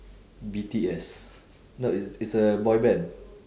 B_T_S no it's it's a boy band